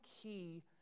key